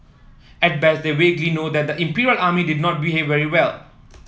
at best they vaguely know that the Imperial Army did not behave very well